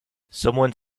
someone